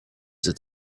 that